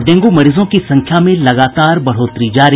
और डेंगू मरीजों की संख्या में लगातार बढ़ोतरी जारी